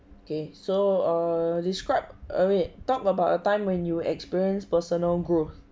kay so err describe I mean talk about a time when you experience personal growth